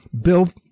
Bill